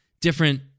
different